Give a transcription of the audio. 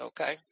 okay